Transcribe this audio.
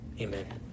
amen